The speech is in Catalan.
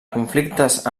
conflictes